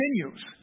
continues